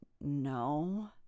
no